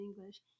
English